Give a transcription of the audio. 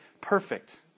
perfect